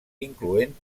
incloent